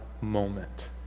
moment